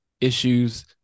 issues